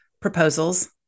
proposals